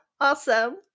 Awesome